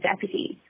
deputies